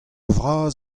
vras